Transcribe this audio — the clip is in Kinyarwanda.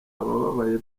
abababaye